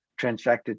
transfected